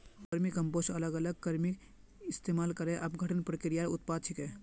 vermicompost अलग अलग कृमिर इस्तमाल करे अपघटन प्रक्रियार उत्पाद छिके